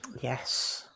Yes